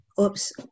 oops